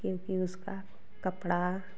क्योंकि उसका कपड़ा